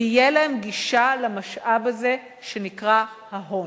תהיה להם גישה למשאב הזה שנקרא ההון.